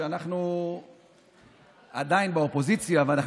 שבו אנחנו עדיין באופוזיציה ואנחנו